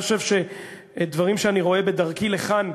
אני חושב שדברים שאני רואה בדרכי לכאן,